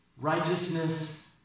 righteousness